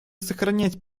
сохранять